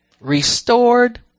restored